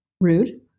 rude